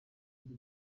ari